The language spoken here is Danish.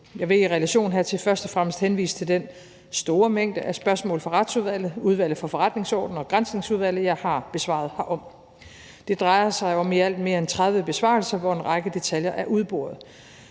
Jeg vil i relation hertil først og fremmest henvise til den store mængde af spørgsmål fra Retsudvalget, Udvalget for Forretningsordenen og Granskningsudvalget, jeg har besvaret herom. Det drejer sig om i alt mere end 30 besvarelser, hvor en række detaljer er udboret,